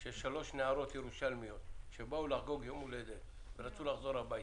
של שלוש נערות ירושלמיות שבאו לחגוג יום הולדת ורצו לחזור הביתה,